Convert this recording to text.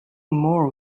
more